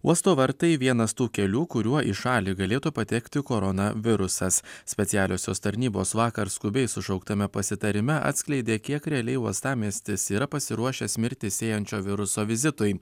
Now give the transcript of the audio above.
uosto vartai vienas tų kelių kuriuo į šalį galėtų patekti koronavirusas specialiosios tarnybos vakar skubiai sušauktame pasitarime atskleidė kiek realiai uostamiestis yra pasiruošęs mirtį sėjančio viruso vizitui